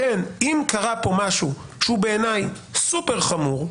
אם קרה פה משהו שהוא בעיניי סופר חמור,